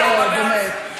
נו, באמת.